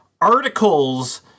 articles